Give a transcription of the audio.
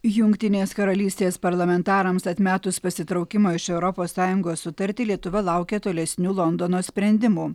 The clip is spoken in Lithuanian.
jungtinės karalystės parlamentarams atmetus pasitraukimo iš europos sąjungos sutartį lietuva laukia tolesnių londono sprendimų